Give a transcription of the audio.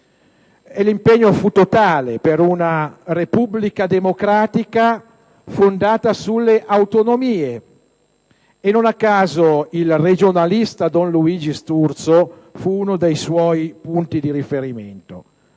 l'impegno fu totale per una Repubblica democratica fondata sulle autonomie. Non a caso il regionalista don Luigi Sturzo fu uno dei suoi punti di riferimento.